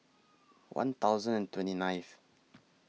one thousand and twenty ninth